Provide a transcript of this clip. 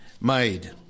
made